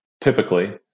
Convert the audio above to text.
typically